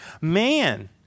man